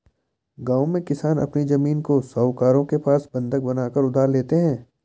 गांव में किसान अपनी जमीन को साहूकारों के पास बंधक बनाकर उधार लेते हैं